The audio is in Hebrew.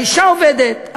האישה עובדת.